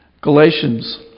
Galatians